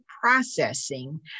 processing